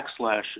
backslash